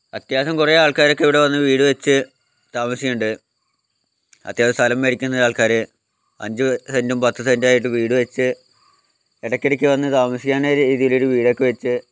അത്യാവശ്യം കുറേ ആൾക്കാരൊക്കെ ഇവിടെ വന്ന് വീട് വച്ച് താമസിക്കുന്നുണ്ട് അത്യാവശ്യം സ്ഥലം മേടിക്കുന്ന ആൾക്കാർ അഞ്ച് സെൻ്റും പത്ത് സെൻ്റും ആയിട്ട് വീട് വച്ച് ഇടയ്ക്കിടയ്ക്ക് വന്ന് താമസിക്കണ രീതിയിലൊരു വീടൊക്കെ വച്ച്